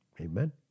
Amen